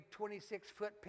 26-foot